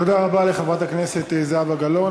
תודה רבה לחברת הכנסת זהבה גלאון.